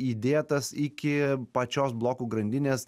įdėtas iki pačios blokų grandinės